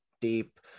deep